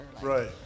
right